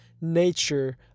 nature